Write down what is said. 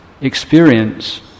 experience